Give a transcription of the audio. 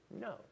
no